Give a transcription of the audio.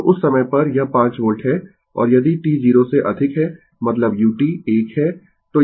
तो उस समय पर यह 5 वोल्ट है और यदि t 0 से अधिक है मतलब u 1 है